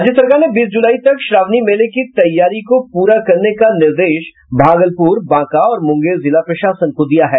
राज्य सरकार ने बीस जुलाई तक श्रावणी मेले की तैयारी को पूरा करने का निर्देश भागलपुर बांका और मुंगेर जिला प्रशासन को दिया है